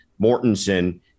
Mortensen